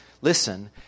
listen